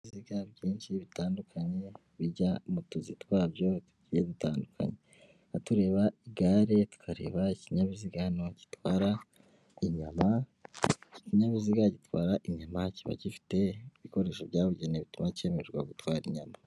Ibinyabiziga byinshi bitandukanye bijya mu tuzi twabyo tugiye dutandukanye, tukaba tureba igare, tukareba ikinyabiziga hano gitwara inyama, iki kinyabiziga gitwara inyama kikaba gifite ibikoresho byabugenewe, bituma cyemererwa gutwara inyama.